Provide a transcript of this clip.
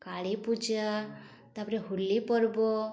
କାଳୀ ପୂଜା ତା'ପରେ ହୋଲି ପର୍ବ